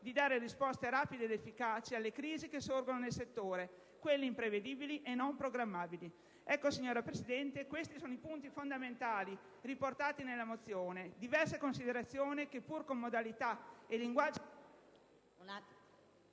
di dare risposte rapide ed efficaci alle crisi che sorgono nel settore, quelle imprevedibili e non programmabili. Signora Presidente, questi sono i punti fondamentali riportati nella mozione: diverse considerazioni che, pur con modalità e linguaggi diversi,